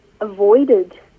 avoided